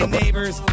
neighbors